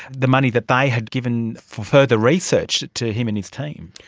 the money that they had given for further research to him and his team.